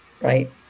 right